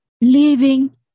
Living